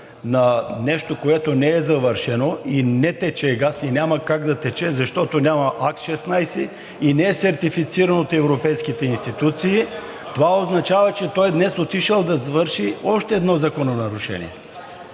на нещо, което не е завършено и не тече газ, и няма как да тече, защото няма Акт 16 и не е сертифицирано от европейските институции, това означава, че той днес е отишъл да свърши още едно закононарушение.